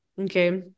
okay